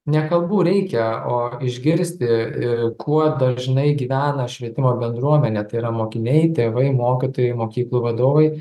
ne kalbų reikia o išgirsti kuo dažnai gyvena švietimo bendruomenė tai yra mokiniai tėvai mokytojai mokyklų vadovai